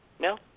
no